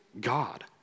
God